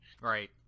Right